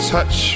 Touch